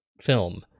film